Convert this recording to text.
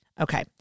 Okay